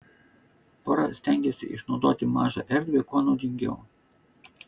pora stengėsi išnaudoti mažą erdvę kuo naudingiau